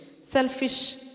selfish